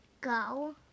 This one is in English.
go